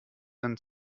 and